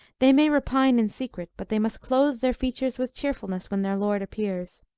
they may repine in secret, but they must clothe their features with cheerfulness when their lord appears.